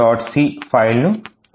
c ఫైల్ను పరిశీలిద్దాము